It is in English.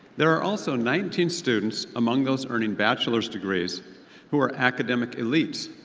there are also nineteen students among those earning bachelor's degrees who are academic elites.